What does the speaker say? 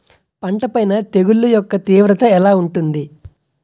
పంట పైన తెగుళ్లు యెక్క తీవ్రత ఎలా ఉంటుంది